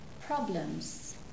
problems